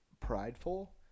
prideful